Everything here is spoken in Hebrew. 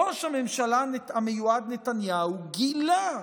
ראש הממשלה המיועד נתניהו גילה,